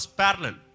parallel